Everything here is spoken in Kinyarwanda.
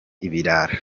ibirara